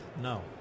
No